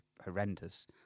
Horrendous